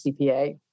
CPA